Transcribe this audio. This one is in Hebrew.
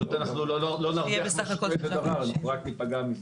אנחנו לא נרוויח מזה דבר, אנחנו רק ניפגע מזה.